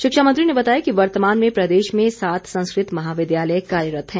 शिक्षा मंत्री ने बताया कि वर्तमान में प्रदेश में सात संस्कृत महाविद्यालय कार्यरत हैं